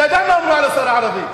אתה יודע מה הוא אמר לשר הערבי,